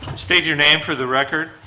state your name for the record.